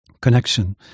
Connection